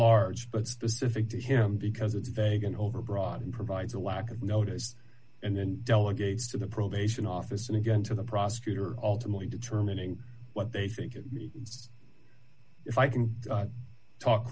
large but specific to him because it's vague and overbroad and provides a lack of notice and then delegates to the probation office and again to the prosecutor ultimately determining what they think it means if i can talk